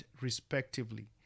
respectively